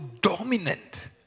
dominant